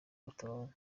batabana